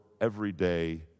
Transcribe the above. everyday